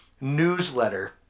newsletter